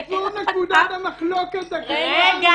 זה -- זו נקודת המחלוקת -- רגע,